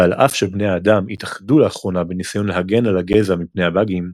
ועל אף שבני האדם התאחדו לאחרונה בניסיון להגן על הגזע מפני הבאגים,